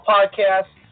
Podcast